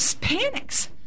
panics